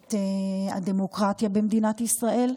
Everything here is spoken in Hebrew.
את הדמוקרטיה במדינת ישראל.